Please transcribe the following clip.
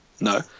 No